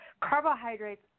Carbohydrates